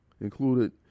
included